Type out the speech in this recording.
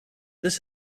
this